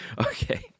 Okay